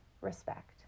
respect